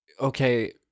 okay